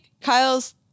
Kyle's